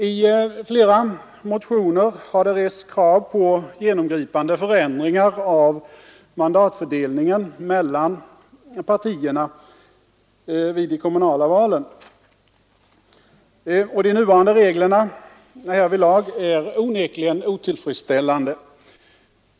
I flera motioner har det rests krav på genomgripande förändringar av mandatfördelningen mellan partierna vid de kommunala valen. De nuvarande reglerna härvidlag är onekligen otillfredsställande.